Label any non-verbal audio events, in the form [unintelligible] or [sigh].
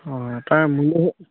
অঁ তাৰ [unintelligible]